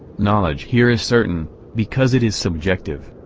knowledge here is certain because it is subjective.